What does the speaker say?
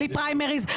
בלי פריימריס,